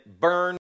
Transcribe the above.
burn